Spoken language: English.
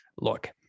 look